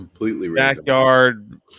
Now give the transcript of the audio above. backyard